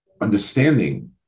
Understanding